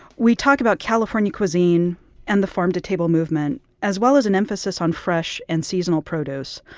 we talk about california cuisine and the farm-to-table movement, as well as an emphasis on fresh and seasonal produce.